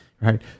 right